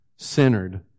centered